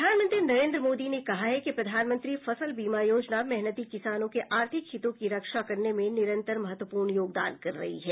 प्रधानमंत्री नरेन्द्र मोदी ने कहा है कि प्रधानमंत्री फसल बीमा योजना मेहनती किसानों के आर्थिक हितों की रक्षा करने में निरंतर महत्वपूर्ण योगदान कर रही है